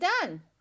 done